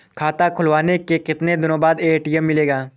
खाता खुलवाने के कितनी दिनो बाद ए.टी.एम मिलेगा?